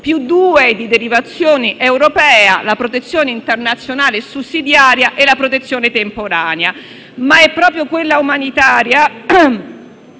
due di derivazione europea, ossia la protezione internazionale sussidiaria e la protezione temporanea. È proprio quella umanitaria,